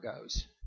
goes